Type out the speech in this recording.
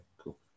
cool